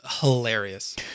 hilarious